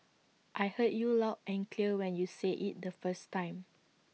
I heard you loud and clear when you said IT the first time